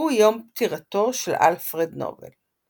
הוא יום פטירתו של אלפרד נובל.